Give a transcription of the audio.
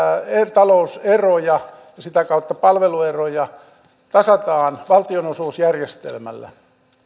talouseroja ja sitä kautta palvelueroja tasataan valtionosuusjärjestelmällä